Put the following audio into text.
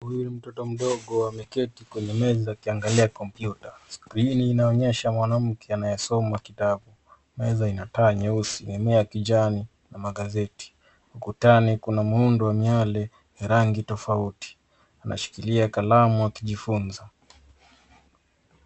Huyu ni mtoto mdogo ameketi kwenye meza akiangalia kompyuta. Skrini inaonyesha mwanamke anayesoma kitabu. Meza ina taa nyeusi ,mimea ya kijani na magazeti. Ukutani kuna muundo wa miale ya rangi tofauti ,anashikilia kalamu akijifunza.